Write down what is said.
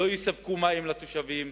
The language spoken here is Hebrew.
לא יספקו מים לתושבים,